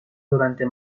durante